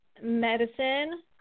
medicine